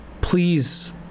Please